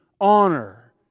honor